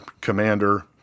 Commander